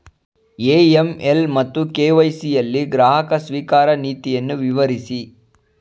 AML ಮತ್ತು KYC ಯಲ್ಲಿ ಗ್ರಾಹಕ ಸ್ವೀಕಾರ ನೀತಿಯನ್ನು ವಿವರಿಸಿ?